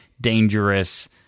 dangerous